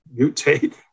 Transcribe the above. mutate